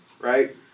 right